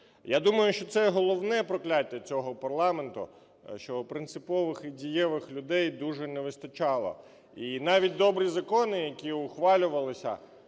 Я думаю, що це головне прокляття цього парламенту, що принципових і дієвих людей дуже не вистачало. І навіть добрі закони, які ухвалювалися,